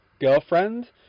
girlfriend